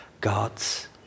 God's